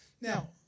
Now